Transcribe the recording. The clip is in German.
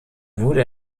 wurde